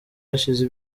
hashize